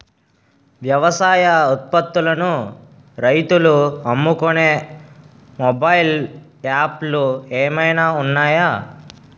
వ్యవసాయ ఉత్పత్తులను రైతులు అమ్ముకునే మొబైల్ యాప్ లు ఏమైనా ఉన్నాయా?